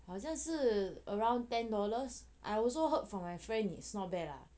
是 around ten dollars I also heard from my friend is not bad lah